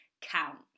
count